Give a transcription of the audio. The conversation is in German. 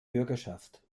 bürgerschaft